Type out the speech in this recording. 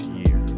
year